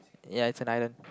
ya it's an island